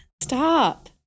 stop